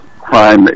Crime